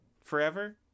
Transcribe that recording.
forever